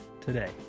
today